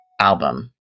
album